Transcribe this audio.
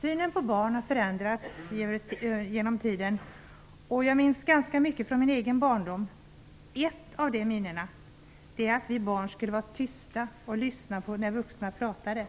Synen på barn har ändrats över tiden. Jag minns ganska mycket från mig egen barndom. Ett av de minnena är att vi barn skulle vara tysta och lyssna när vuxna pratade.